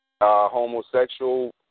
homosexual